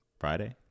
Friday